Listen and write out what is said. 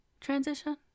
Transition